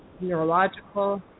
neurological